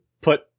put